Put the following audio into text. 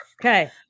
Okay